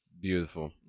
Beautiful